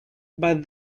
but